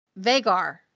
Vagar